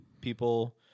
people